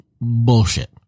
bullshit